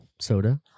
Soda